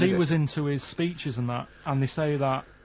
was into his speeches and that, and they say that,